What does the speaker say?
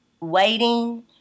waiting